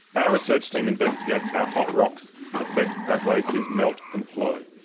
our research team investigates how hot rocks affect how glaciers melt and flow.